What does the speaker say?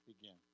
begin